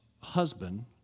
husband